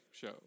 show